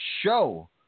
show